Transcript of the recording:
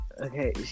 okay